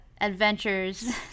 adventures